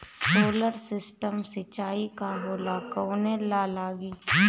Solar system सिचाई का होला कवने ला लागी?